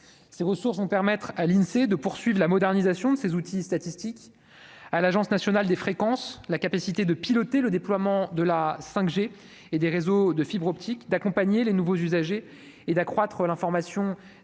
ses ressources vont permettre à l'Insee de poursuite de la modernisation de ces outils statistiques à l'Agence nationale des fréquences, la capacité de piloter le déploiement de la 5 G et des réseaux de fibre optique d'accompagner les nouveaux usagers et d'accroître l'information des